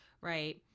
right